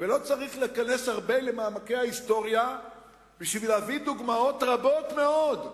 ולא צריך להיכנס הרבה למעמקי ההיסטוריה בשביל להביא דוגמאות רבות מאוד,